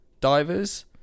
divers